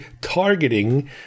targeting